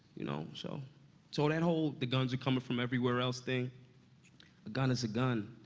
you know? so so that whole, the guns are coming from everywhere else, thing a gun is a gun.